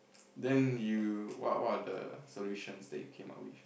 then you what what are the solutions that you came up with